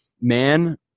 Man